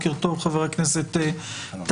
בוקר טוב, חבר הכנסת טל.